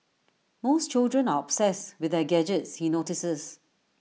most children are obsessed with their gadgets he notices